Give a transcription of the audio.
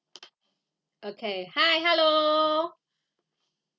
okay hi hello